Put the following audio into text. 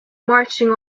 marching